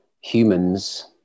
humans